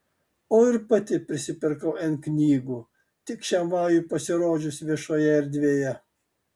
o ir pati prisipirkau n knygų tik šiam vajui pasirodžius viešoje erdvėje